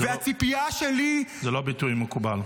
הציפייה שלי --- זה לא ביטוי מקובל.